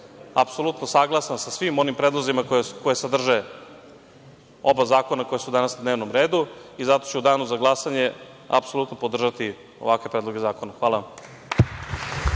apsolutno sam saglasan sa svim onim predlozima koje sadrže oba ova zakona koja su danas na dnevnom redu i zato ću u danu za glasanje apsolutno podržati ovakve predloge zakona. Hvala